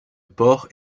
porc